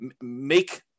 make